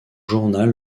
journal